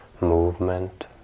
movement